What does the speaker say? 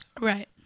Right